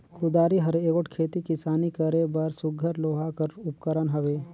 कुदारी हर एगोट खेती किसानी करे बर सुग्घर लोहा कर उपकरन हवे